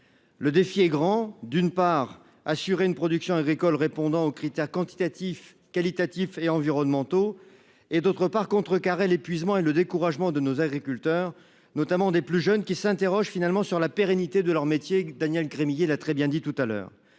Le défi est grand, d'une part assurer une production agricole répondant aux critères quantitatifs, qualitatifs et environnementaux. Et d'autre part contrecarrer l'épuisement et le découragement de nos agriculteurs, notamment des plus jeunes qui s'interrogent, finalement sur la pérennité de leur métier que Daniel Gremillet l'a très bien dit tout à l'heure